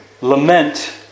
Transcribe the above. lament